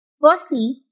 Firstly